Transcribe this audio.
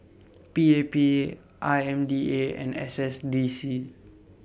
P A P I M D A and S S D C